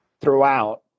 throughout